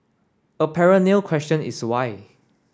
a perennial question is why